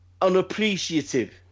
unappreciative